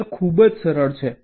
વિચાર ખૂબ જ સરળ છે